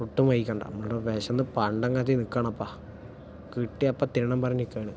ഒട്ടും വൈകണ്ട നമ്മള് വെശന്ന് പണ്ടം കത്തി നിക്കാണപ്പാ കിട്ടിയ ഇപ്പോ തിന്നണം പറഞ്ഞു നിക്കാണ്